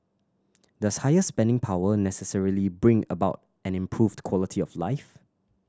does higher spending power necessarily bring about an improved quality of life